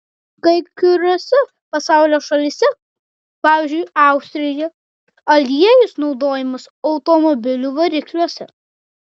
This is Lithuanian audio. kai kuriose pasaulio šalyse pavyzdžiui austrijoje aliejus naudojamas automobilių varikliuose